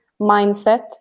mindset